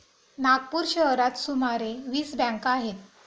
नागपूर शहरात सुमारे वीस बँका आहेत